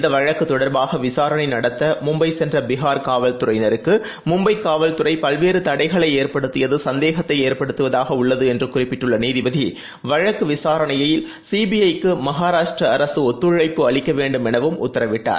இந்தவழக்குதொடர்பாக விசாரணைநடத்தமும்பைசென்றபீகார் காவல்துறையினருக்குமும்பைகாவல்துறைபல்வேறுதடைகளைஏற்படுத்தியதுசந்தேகத்தைஏற்படுத்துவதாகஉள்ளது என்றுகுறிப்பிட்டநீதிபதி வழக்குவிசாரணையில் சிபிஐ க்கும்சாராஷ்ட்ரஅரகஒத்துழைப்பு அளிக்கவேண்டும் எனவும் உத்தரவிட்டார்